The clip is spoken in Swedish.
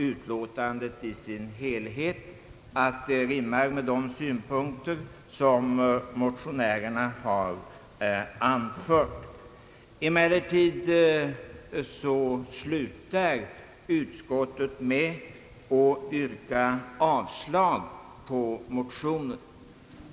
Utlåtandet i dess helhet rimmar med de synpunkter som motionärerna anfört. Emellertid slutar utskottet med att yrka avslag på motionen.